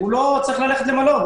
לא צריך ללכת למלון.